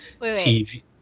TV